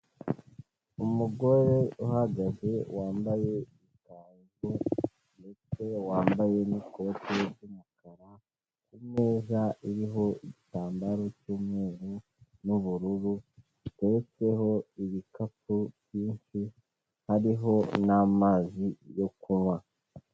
Umugore uhagaze, wambaye ikanzu ndetse wambaye n'ikoti ry'umukara, kumeza iriho igitambaro cy'umweru n'ubururu giretetseho ibikapu byinshi hariho n'amazi yo kunywa.